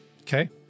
Okay